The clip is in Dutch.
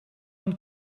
een